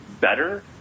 better